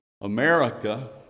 America